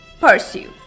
pursue